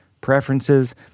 preferences